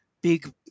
big